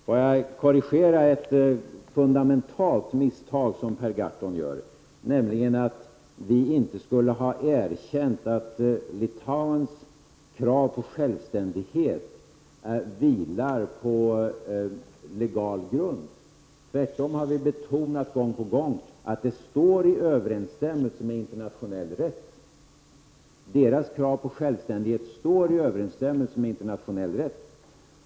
Får jag korrigera ett fundamentalt misstag som Per Gahrton gör, nämligen att vi inte skulle ha erkänt att Litauens krav på självständighet vilar på legal grund. Vi har tvärtom gång på gång betonat att litauernas krav på självständighet står i överensstämmelse med internationell rätt.